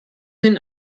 sind